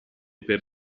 per